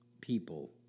people